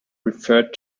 referred